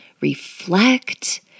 reflect